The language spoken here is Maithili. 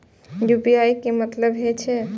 यू.पी.आई के की मतलब हे छे?